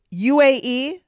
UAE